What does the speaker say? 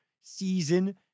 season